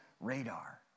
radar